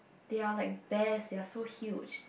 they are like bears they are so huge